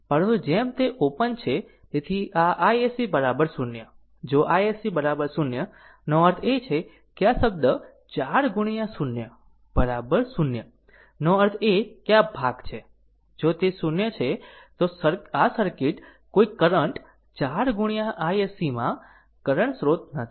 પરંતુ જેમ તે ઓપન છે તેથી આ iSC 0 જો iSC 0 નો અર્થ છે કે આ શબ્દ 4 ગુણ્યા 0 0 નો અર્થ છે કે આ ભાગ છે જો તે 0 છે તો આ સર્કિટ કોઈ કરંટ 4 ગુણ્યા iSC માં કરંટ સ્રોત નથી